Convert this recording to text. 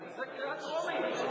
זו קריאה טרומית.